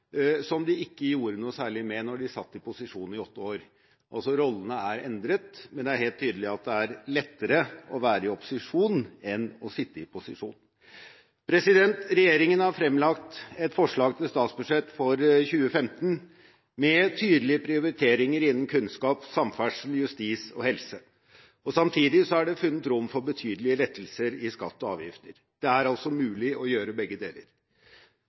som de ikke gjorde noe særlig med da de satt i posisjon i åtte år. Rollene er endret, men det er helt tydelig at det er lettere å være i opposisjon enn å sitte i posisjon. Regjeringen har fremlagt et forslag til statsbudsjett for 2015 med tydelige prioriteringer innenfor kunnskap, samferdsel, justis og helse. Samtidig er det funnet rom for betydelige lettelser i skatter og avgifter. Det er altså mulig å gjøre begge deler.